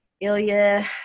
Ilya